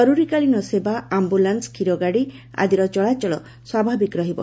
ଜରୁରୀକାଳୀନ ସେବା ଆମ୍ଟୁଲାନ୍ବ ଷୀରଗାଡି ଆଦିର ଚଳାଚଳ ସ୍ୱାଭାବିକ ରହିବ